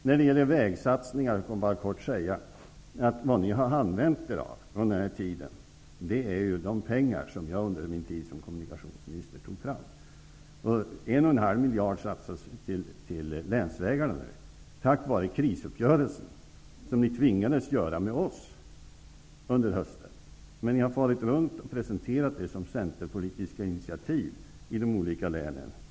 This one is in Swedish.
När det gäller vägsatsningar vill jag kort säga, att det ni har använt er av under den här tiden är de pengar som jag under min tid som kommunikationsminister tog fram. En och en halv miljard satsas på länsvägarna tack vare krisuppgörelsen som ni tvingades att träffa med oss under hösten. Men ni har farit runt och presenterat detta som centerpolitiska initiativ i de olika länen.